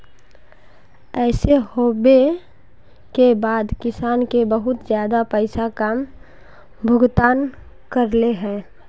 ऐसे होबे के बाद किसान के बहुत ज्यादा पैसा का भुगतान करले है?